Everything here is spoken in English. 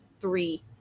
three